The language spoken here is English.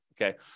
Okay